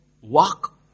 walk